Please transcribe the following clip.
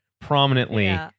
prominently